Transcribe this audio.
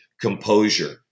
composure